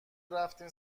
رفتیم